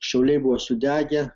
šiauliai buvo sudegę